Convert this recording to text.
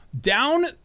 down